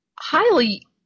highly